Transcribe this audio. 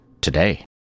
Today